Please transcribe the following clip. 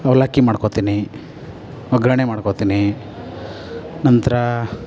ಅವಲಕ್ಕಿ ಮಾಡ್ಕೋತೀನಿ ಒಗ್ಗರಣೆ ಮಾಡ್ಕೋತೀನಿ ನಂತರ